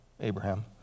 Abraham